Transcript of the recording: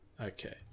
Okay